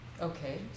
okay